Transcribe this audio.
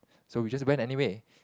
so we just went anyway